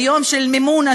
ביום של המימונה,